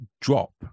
drop